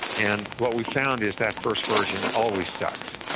and what we've found is that first version always sucks.